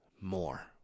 more